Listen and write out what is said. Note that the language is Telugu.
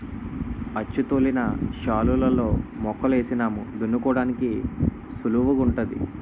అచ్చుతోలిన శాలులలో మొక్కలు ఏసినాము దున్నుకోడానికి సుళువుగుంటాది